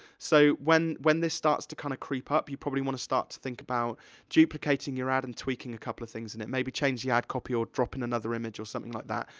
so, when when this starts to kinda creep up, you probably wanna start to think about duplicating your ad and tweaking a couple of things in it. maybe change the ad copy, or drop in another image, or something like that.